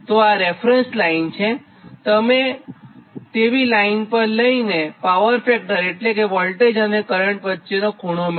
તો આ reference line છેતમે તેવી લાઇન લઈને પાવર ફેક્ટર એટલે કે વોલ્ટેજ અને કરંટ વચ્ચેનો ખૂંણો મળે